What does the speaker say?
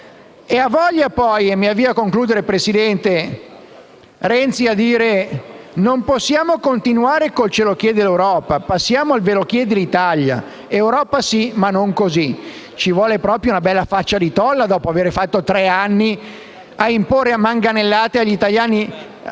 Ha voglia poi - e mi avvio a concludere, signor Presidente - Renzi a dire: «Non possiamo continuare con il "Ce lo chiede l'Europa". Passiamo al "Ve lo chiede l'Italia". Europa sì, ma non così». Ci vuole proprio una bella faccia di tolla dopo aver passato tre anni a imporre a manganellate agli italiani